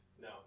No